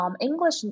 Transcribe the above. English